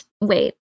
Wait